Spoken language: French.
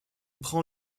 prend